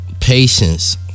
Patience